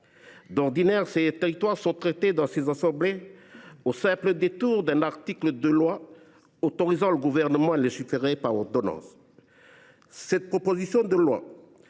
D’ordinaire, ces territoires sont traités dans les assemblées parlementaires au simple détour d’un article de loi autorisant le Gouvernement à légiférer par ordonnances. Cette proposition de loi